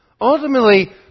ultimately